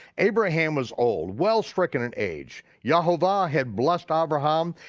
abraham was old, well-stricken in age. yehovah had blessed abraham,